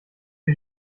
für